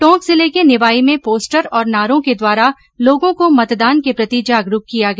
टोंक जिले के निवाई में पोस्टर और नारो के द्वारा लोगों को मतदान के प्रति जागरू किया गया